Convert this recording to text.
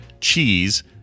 cheese